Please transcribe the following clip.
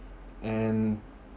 and